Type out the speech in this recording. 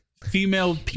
Female